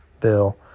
Bill